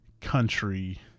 country